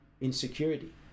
insecurity